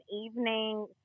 evening